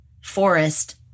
forest